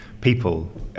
people